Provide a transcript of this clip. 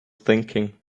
thinking